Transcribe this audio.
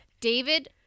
David